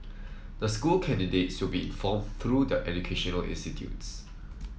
the school candidates will be informed through their educational institutes